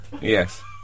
yes